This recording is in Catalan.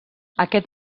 aquest